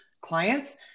clients